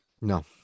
No